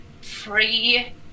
free